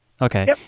Okay